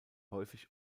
häufig